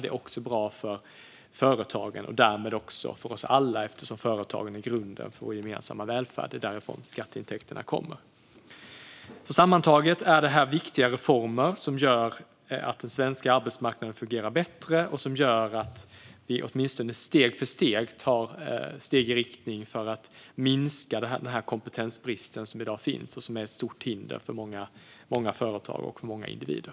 Det är också bra för företagen och därmed för oss alla, eftersom företagen är grunden för vår gemensamma välfärd. Det är därifrån skatteintäkterna kommer. Sammantaget är det här viktiga reformer som gör att den svenska arbetsmarknaden fungerar bättre och som gör att vi åtminstone steg för steg går i riktning mot att minska den kompetensbrist som i dag finns och som är ett stort hinder för många företag och många individer.